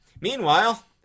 Meanwhile